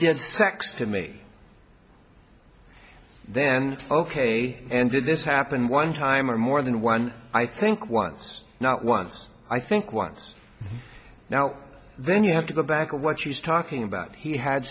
did sex to me then ok and did this happen one time or more than one i think once not once i think once now then you have to go back to what she's talking about he had